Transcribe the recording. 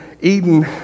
Eden